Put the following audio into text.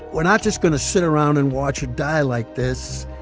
we're not just going to sit around and watch her die like this.